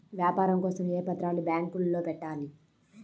వ్యాపారం కోసం ఏ పత్రాలు బ్యాంక్లో పెట్టాలి?